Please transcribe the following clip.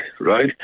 right